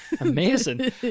Amazing